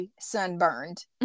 sunburned